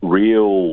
real